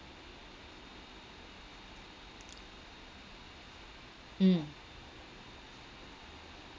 mm